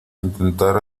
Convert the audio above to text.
intentar